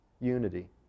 unity